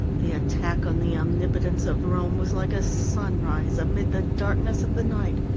the attack on the omnipotence of rome was like a sunrise amid the darkness of the night,